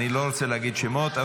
אני לא רוצה להגיד שמות,